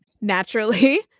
Naturally